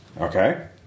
Okay